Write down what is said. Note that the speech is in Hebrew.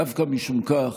דווקא משום כך,